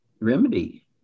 remedy